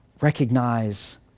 recognize